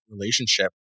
relationship